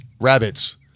rabbits